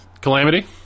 Calamity